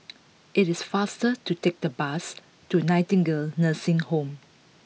it is faster to take the bus to Nightingale Nursing Home